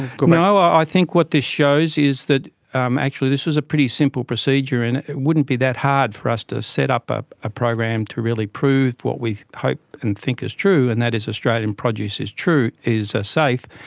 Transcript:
ah um ah i think what this shows is that um actually this was a pretty simple procedure and it wouldn't be that hard for us to set up up a program to really prove what we hope and think is true, and that is australian produce is ah safe.